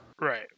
right